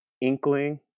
inkling